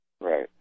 Right